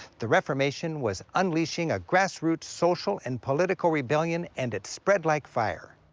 the reformation was unleashing a grassroots social and political rebellion, and it spread like fire.